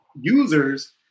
users